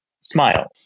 Smile